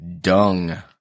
dung